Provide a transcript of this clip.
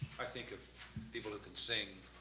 i think of people who can sing.